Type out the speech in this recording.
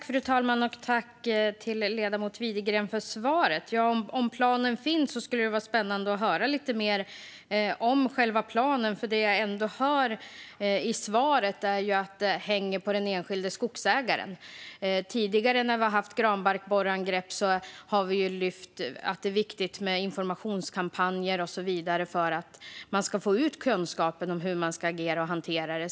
Fru talman! Jag tackar ledamoten Widegren för svaret. Om det finns en plan skulle det vara spännande att höra lite mer om den. Det jag hörde i svaret var att det hänger på den enskilda skogsägaren. I samband med tidigare granbarkborreangrepp har vi lyft fram att det är viktigt med informationskampanjer och så vidare för att få ut kunskapen om hur man ska agera och hantera det.